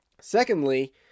Secondly